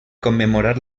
commemorar